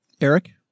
Eric